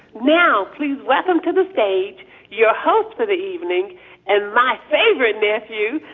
now please welcome to the stage your host for the evening and my favorite nephew,